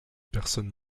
personnes